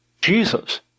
Jesus